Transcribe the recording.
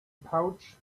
pouch